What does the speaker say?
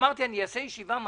אמרתי: אעשה ישיבה מהר.